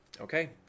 Okay